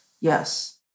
Yes